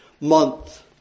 month